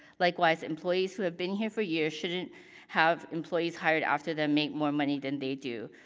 likewise, employees who have been here for years shouldn't have employees hired after them make more money than they do.